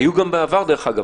היו גם בעבר, דרך אגב.